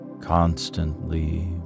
constantly